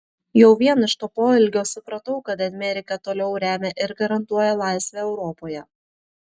jau vien iš to poelgio supratau kad amerika toliau remia ir garantuoja laisvę europoje